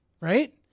Right